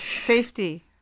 safety